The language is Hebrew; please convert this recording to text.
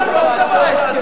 למה הם שובתים?